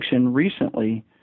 recently